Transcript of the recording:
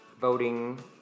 voting